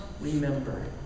remember